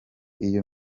iyo